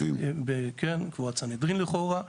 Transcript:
קבורת סנהדרין לכאורה,